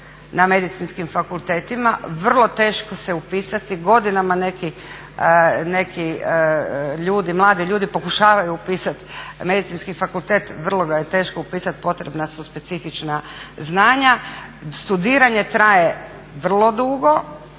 na medicinskim fakultetima, vrlo teško se upisati, godinama neki mladi ljudi pokušavaju upisati Medicinski fakultet, vrlo ga je teško upisati, potrebna su specifična znanja. Studiranje traje vrlo dugo,